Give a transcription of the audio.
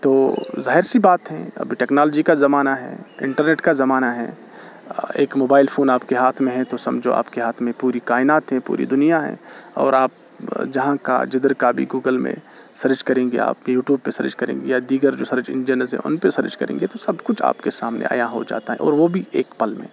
تو ظاہر سی بات ہیں اب ٹیکنالوجی کا زمانہ ہے انٹرنیٹ کا زمانہ ہے ایک موبائل فون آپ کے ہاتھ میں ہے تو سمجھو آپ کے ہاتھ میں پوری کائنات ہے پوری دنیا ہے اور آپ جہاں کا جدھر کا بھی گوگل میں سرچ کریں گے آپ یوٹیوب پہ سرچ کریں گے یا دیگر جو سرچ انجن ہیں ان پہ سرچ کریں گے تو سب کچھ آپ کے سامنے عیاں ہو جاتا ہے اور وہ بھی ایک پل میں